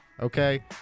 Okay